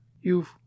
You've